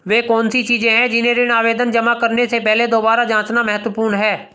वे कौन सी चीजें हैं जिन्हें ऋण आवेदन जमा करने से पहले दोबारा जांचना महत्वपूर्ण है?